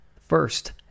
First